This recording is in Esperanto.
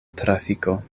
trafiko